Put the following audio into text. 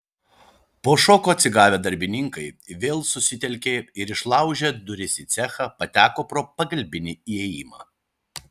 po šoko atsigavę darbininkai vėl susitelkė ir išlaužę duris į cechą pateko pro pagalbinį įėjimą